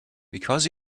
because